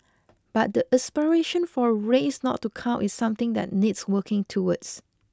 but the aspiration for race not to count is something that needs working towards